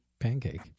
pancake